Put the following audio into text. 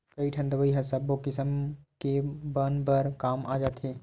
कइठन दवई ह सब्बो किसम के बन बर काम आ जाथे